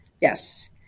Yes